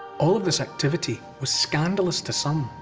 all of this activity was scandalous to some.